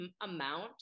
amount